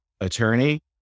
attorney